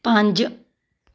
ਪੰਜ